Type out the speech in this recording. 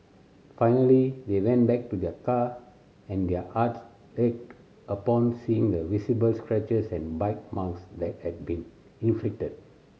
finally they went back to their car and their hearts ached upon seeing the visible scratches and bite marks that had been inflicted